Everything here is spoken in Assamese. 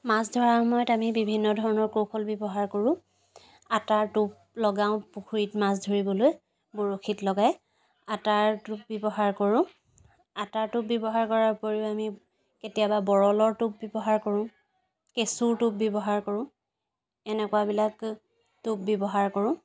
মাছ ধৰাৰ সময়ত আমি বিভিন্ন ধৰণৰ কৌশল ব্যৱহাৰ কৰোঁ আটাৰ টোপ লগাওঁ পুখুৰীত মাছ ধৰিবলৈ বৰশীত লগাই আটাৰ টোপ ব্যৱহাৰ কৰোঁ আটাৰ টোপ ব্যৱহাৰ কৰাৰ উপৰিও আমি কেতিয়াবা বৰলৰ টোপ ব্যৱহাৰ কৰোঁ কেঁচুৰ টোপ ব্যৱহাৰ কৰোঁ এনেকুৱাবিলাক টোপ ব্যৱহাৰ কৰোঁ